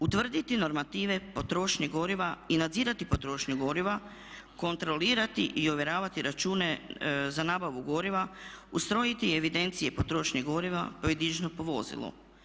Utvrditi normative potrošnje goriva i nadzirati potrošnju goriva, kontrolirati i ovjeravati račune za nabavu goriva, ustrojiti evidencije potrošnje goriva pojedinačno po vozilu.